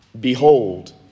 Behold